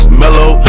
mellow